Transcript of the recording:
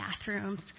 bathrooms